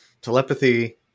Telepathy